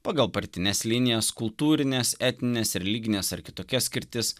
pagal partines linijas kultūrines etnines religines ar kitokias skirtis